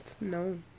no